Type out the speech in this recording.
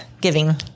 giving